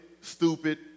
stupid